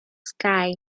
sky